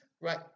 right